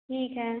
ठीक है